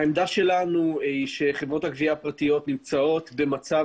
העמדה שלנו היא שחברות הגבייה הפרטיות נמצאות במצב